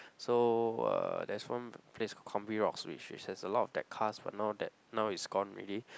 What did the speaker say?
so uh there's one place Combi Rocks which which has a lot of that cars but now that now it's gone already